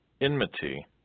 enmity